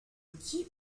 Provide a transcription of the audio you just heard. qui